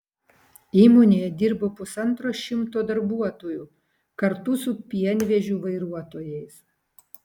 įmonėje dirba pusantro šimto darbuotojų kartu su pienvežių vairuotojais